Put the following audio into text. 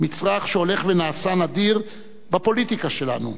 מצרך שהולך ונעשה נדיר בפוליטיקה שלנו.